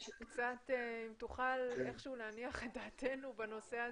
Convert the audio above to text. תוכל להניח את דעתנו בנושא הזה?